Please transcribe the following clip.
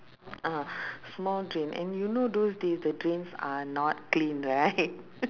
ah small drain and you know those days the drains are not clean right